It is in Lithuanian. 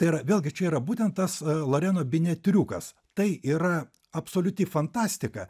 tai yra vėlgi čia yra būtent tas lareno bine triukas tai yra absoliuti fantastika